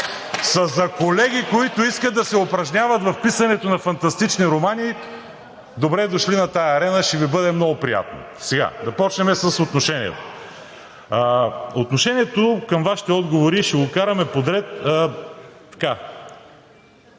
са за колеги, които искат да се упражняват в писането на фантастични романи. Добре дошли на тази арена, ще ми бъде много приятно! Да започнем с отношението. Отношението към Вашите отговори ще го караме подред. Нараснал